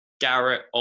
Garrett